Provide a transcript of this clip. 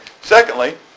secondly